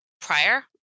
prior